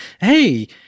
hey